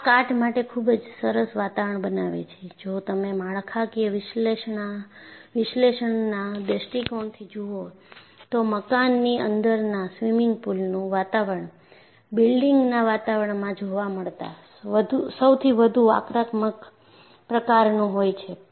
આ કાટ માટે ખૂબ જ સરસ વાતાવરણ બનાવે છે જો તમે માળખાકીય વિશ્લેષણના દૃષ્ટિકોણથી જુઓ તો મકાનની અંદરના સ્વિમિંગ પૂલનું વાતાવરણ બિલ્ડિંગના વાતાવરણમાં જોવા મળતા સૌથી વધુ આક્રમક પ્રકારનું હોય છે